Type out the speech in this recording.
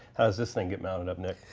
how's this thing get mounted up nick?